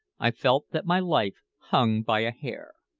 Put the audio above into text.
i felt that my life hung by a hair.